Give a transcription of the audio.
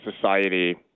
society